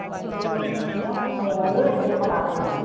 మా కుటుంబంలో నేను మా వారు ఇద్దరు పాపలు